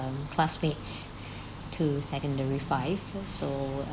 classmates to secondary five so